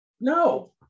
no